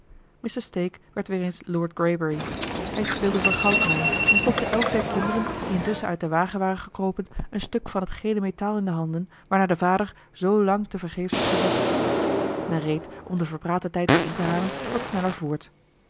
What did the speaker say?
stake werd weer eens lord greybury hij speelde voor goudmijn en stopte elk der kinderen die intusschen uit den wagen waren gekropen een stuk van het gele metaal in de hand waarnaar de vader zoo lang te vergeefs had gezocht men reed om den verpraten tijd weer in te halen wat sneller voort